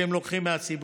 שהם לוקחים מהציבור.